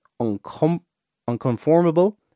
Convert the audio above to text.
unconformable